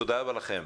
תודה רבה לכם,